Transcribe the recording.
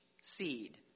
seed